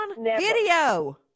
video